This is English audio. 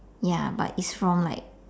ya but is from like